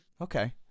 Okay